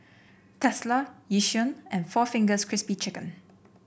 Tesla Yishion and four Fingers Crispy Chicken